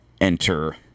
Enter